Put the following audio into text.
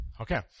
Okay